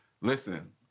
listen